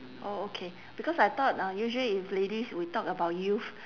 oh okay because I thought uh usually if ladies we talk about youth